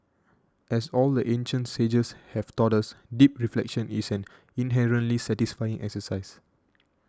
as all the ancient sages have taught us deep reflection is an inherently satisfying exercise